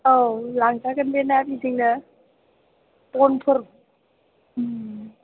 औ लांजागोन दे ना बिदिनो बनफोर